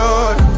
Lord